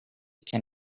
can